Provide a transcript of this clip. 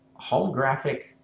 holographic